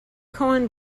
coen